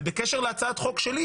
ובקשר להצעת חוק שלי,